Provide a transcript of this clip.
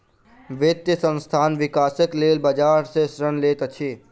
वित्तीय संस्थान, विकासक लेल बजार सॅ ऋण लैत अछि